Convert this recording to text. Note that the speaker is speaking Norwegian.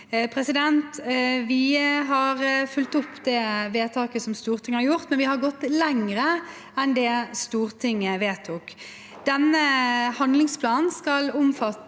overfor. Vi har fulgt opp det vedtaket som Stortinget har gjort, men vi har gått lenger enn det Stortinget vedtok. Denne handlingsplanen skal